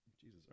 Jesus